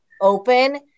open